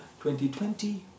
2020